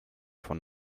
von